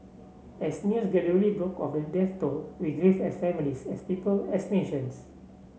as news gradually broke of the death toll we grieved as families as people as nations